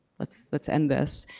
let's let's end this.